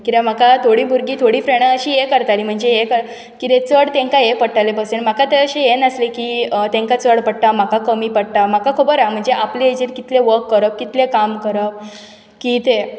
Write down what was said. कित्याक म्हाका थोडीं भुरगीं थोडीं फ्रँडां अशीं हें करतालीं म्हणजे हें कितें चड तांकां हें पडटालें पर्संट म्हाका तशी हें नासलें की तेंकां चड पडटा म्हाका कमी पडटा म्हाका खबर आसा म्हणजे आपले हाजेर कितलें वर्क करप कितलें काम करप की तें